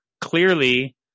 clearly